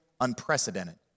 unprecedented